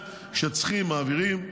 כשצריכים, מעבירים.